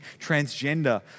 transgender